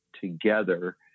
together